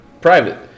private